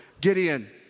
Gideon